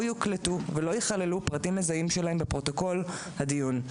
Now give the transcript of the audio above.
יוקלטו ולא ייכללו פרטים מזהים שלהם בפרוטוקול הדיון.